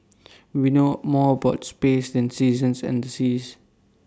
we know more about space than seasons and the seas